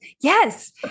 yes